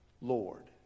lord